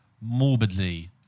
morbidly